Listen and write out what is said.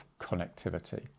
connectivity